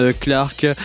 Clark